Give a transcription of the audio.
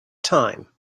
time